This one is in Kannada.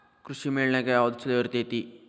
ಕೃಷಿಮೇಳ ನ್ಯಾಗ ಯಾವ್ದ ಛಲೋ ಇರ್ತೆತಿ?